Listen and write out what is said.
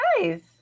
nice